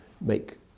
make